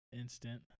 Instant